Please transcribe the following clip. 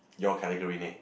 your category next